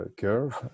curve